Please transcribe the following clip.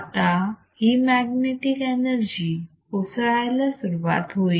आता ही magnetic energy कोसळायला सुरवात होईल